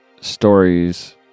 stories